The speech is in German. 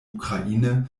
ukraine